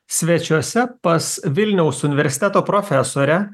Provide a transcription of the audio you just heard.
svečiuose pas vilniaus universiteto profesorę